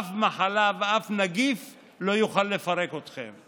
אף מחלה ואף נגיף לא יוכל לפרק אתכם.